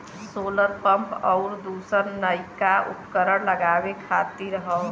solar pump आउर दूसर नइका उपकरण लगावे खातिर हौ